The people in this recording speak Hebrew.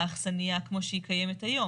האכסניה כמו שהיא קיימת היום.